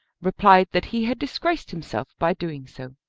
replied that he had disgraced himself by doing so.